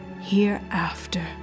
hereafter